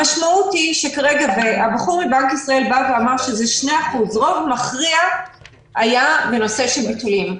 הבחור מבנק ישראל בא ואמר שזה 2%. רוב מכריע היה בנושא של ביטולים.